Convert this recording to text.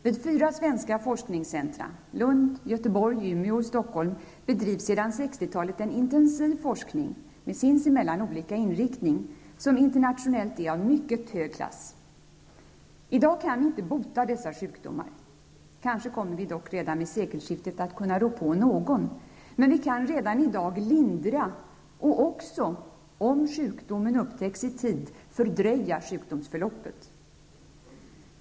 Vid fyra svenska forskningscentra -- Lund, Göteborg, Umeå och Stockholm -- bedrivs sedan 60-talet en intensiv forskning, med sinsemellan olika inriktning, som internationellt är av mycket hög klass. I dag kan vi inte bota dessa sjukdomar. Kanske kommer vi dock redan vid sekelskiftet att kunna rå på någon. Men vi kan redan i dag lindra och också, om sjukdomen upptäcks i tid, fördröja sjukdomsförloppet.